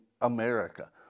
America